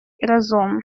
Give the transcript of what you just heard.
разом